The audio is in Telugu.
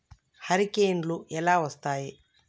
హరికేన్లు ఎలా వస్తాయి?